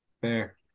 Fair